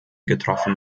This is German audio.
getroffen